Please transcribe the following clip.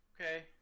okay